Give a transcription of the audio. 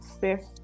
fifth